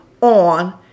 on